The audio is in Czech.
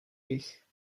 jich